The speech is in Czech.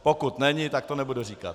Pokud není, tak to nebudu říkat.